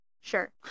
sure